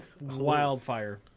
wildfire